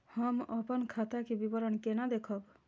हम अपन खाता के विवरण केना देखब?